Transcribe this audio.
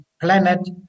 planet